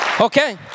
okay